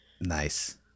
Nice